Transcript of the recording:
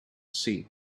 see